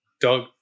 Doug